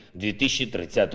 2030